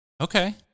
Okay